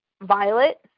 Violet